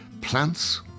plants